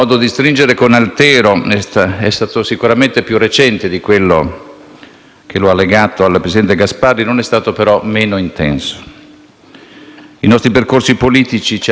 I nostri percorsi politici ci hanno consentito di incontrarci tantissime volte nel corso degli ultimi vent'anni. Siamo stati anche al Governo insieme,